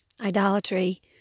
idolatry